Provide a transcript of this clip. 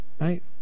Right